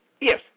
Yes